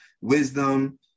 wisdom